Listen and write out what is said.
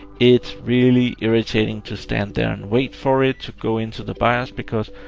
it's really irritating to stand there and wait for it to go into the bios, because